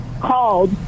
called